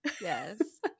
yes